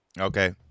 Okay